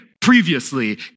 previously